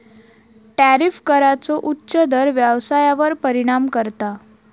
tariff कराचो उच्च दर व्यवसायावर परिणाम करता